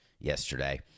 yesterday